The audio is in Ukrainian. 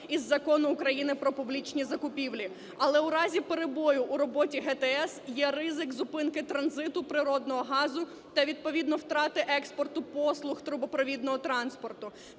із Закону України "Про публічні закупівлі". Але у разі перебою у роботі ГТС є ризик зупинки транзиту природного газу та, відповідно, втрати експорту послуг трубопровідного транспорту.